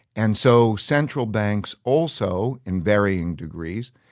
and so central banks also, in varying degrees,